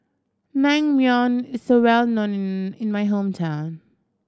naengmyeon is well known in my hometown